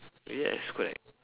yes correct